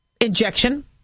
injection